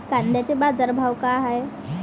कांद्याचे बाजार भाव का हाये?